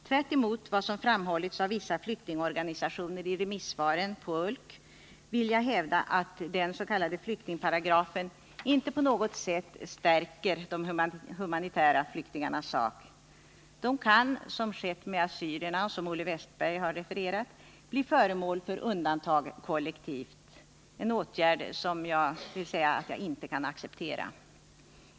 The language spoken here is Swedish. Tvärtemot vad som framhållits av vissa flyktingorganisationer i remissyttrandena över ULK vill jag hävda att den s.k. B-flyktingparagrafen inte på något sätt stärker de ”humanitära” flyktingarnas sak. De kan, som skett med assyrierna och som Olle Wästberg har refererat, bli föremål för undantag kollektivt, en åtgärd som jag vill säga att jag inte kan acceptera.